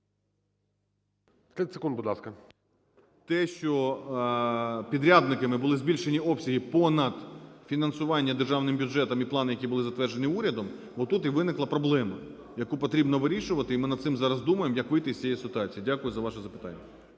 Те, що підрядниками були збільшені обсяги понад фінансування Державним бюджетом і плани, які були затверджені урядом, отут і виникла проблема, яку потрібно вирішувати, і ми над цим зараз думаємо, як вийти з цієї ситуації. Дякую за ваше запитання.